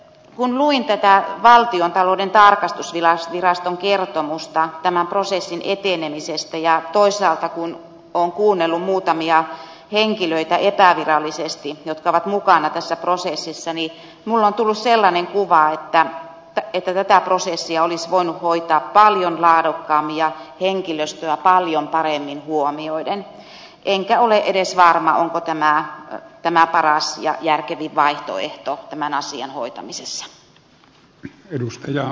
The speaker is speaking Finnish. kun luin tätä valtiontalouden tarkastusviraston kertomusta tämän prosessin etenemisestä ja toisaalta kun olen kuunnellut muutamia henkilöitä epävirallisesti jotka ovat mukana tässä prosessissa niin minulle on tullut sellainen kuva että tätä prosessia olisi voitu hoitaa paljon laadukkaammin ja henkilöstöä paljon paremmin huomioiden enkä ole edes varma onko tämä paras ja järkevin vaihtoehto tämän asian hoitamisessa